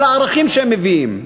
על הערכים שהם מביאים.